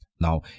Now